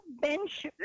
bench